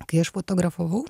kai aš fotografavau